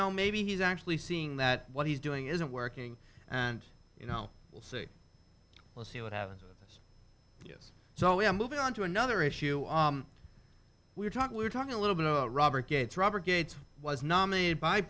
know maybe he's actually seeing that what he's doing isn't working and you know we'll see we'll see what happens with this yes so we're moving on to another issue we're talking we're talking a little bit of robert gates robert gates was nominated by